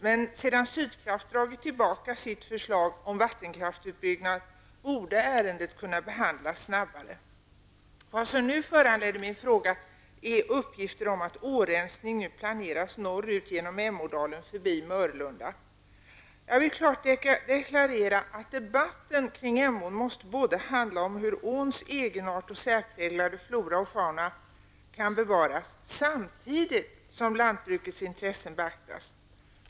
Men sedan Sydkraft dragit tillbaka sitt förslag om vattenkraftsutbyggnad borde ärendet kunna behandlas snabbare. Vad som nu föranlett min fråga är uppgifter om att årensning planeras norrut genom Emådalen förbi Jag vill klart deklarera att debatten kring Emån måste handla om både hur åns egenart och särpräglade flora och fauna kan bevaras och hur lantbrukets intressen skall beaktas.